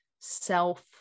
self